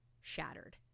shattered